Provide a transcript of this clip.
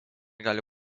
gali